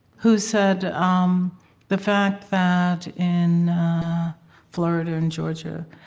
who said, um the fact that in florida and georgia,